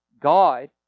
God